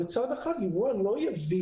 היבואן לא יביא